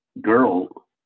girl